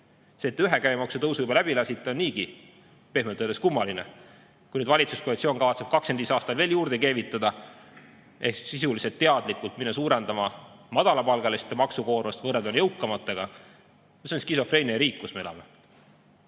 See, et te ühe käibemaksutõusu juba läbi lasksite, on niigi pehmelt öeldes kummaline. Kui nüüd valitsuskoalitsioon kavatseb 2025. aastal veel juurde keevitada ehk sisuliselt teadlikult minna suurendama madalapalgaliste maksukoormust võrreldes jõukamatega, siis see on skisofreeniline riik, kus me elame.